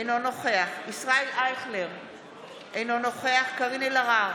אינו נוכח ישראל אייכלר, אינו נוכח קארין אלהרר,